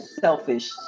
Selfish